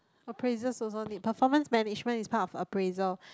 appraisals also need performs management is part of appraisal